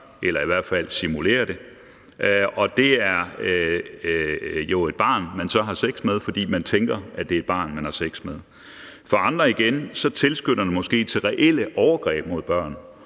eller i hvert fald simulere det, og det er jo et barn, man så har sex med, fordi man tænker, at det er et barn, man har sex med. For andre igen tilskynder det måske til reelle overgreb mod børn,